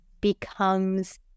becomes